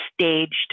staged